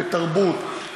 לתרבות,